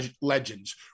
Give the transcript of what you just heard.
legends